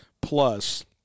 Plus